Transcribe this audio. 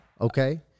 okay